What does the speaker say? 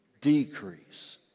decrease